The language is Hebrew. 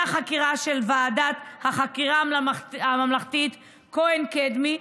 החקירה של ועדת החקירה הממלכתית כהן-קדמי,